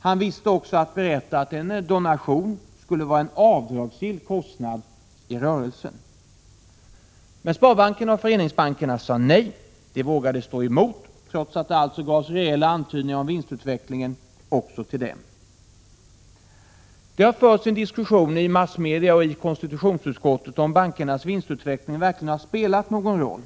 Han visste också att berätta att en donation skulle vara en — Prot. 1986/87:127 avdragsgill kostnad i rörelsen. 20 maj 1987 Men sparbankerna och föreningsbankerna sade nej. De vågade stå emot, trots att det alltså gavs rejäla antydningar om vinstutvecklingen också till Gresikaing SE deni rådens tjänsteutövning Det har förts en diskussion i massmedia och i konstitutionsutskottet om huruvida bankernas vinstutveckling verkligen har spelat någon roll.